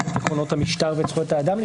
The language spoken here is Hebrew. את עקרונות המשטר ואת זכויות האדם?